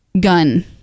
gun